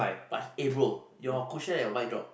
plus eh bro your cushion at your mic drop